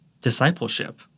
discipleship